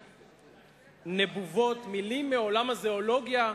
נבובות, מלים מעולם הזואולוגיה.